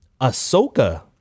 Ahsoka